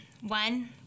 One